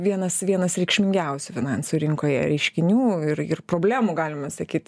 vienas vienas reikšmingiausių finansų rinkoje reiškinių ir ir problemų galima sakyt